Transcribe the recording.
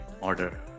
order